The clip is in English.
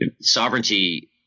Sovereignty